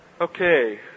Okay